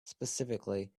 specifically